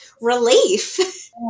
relief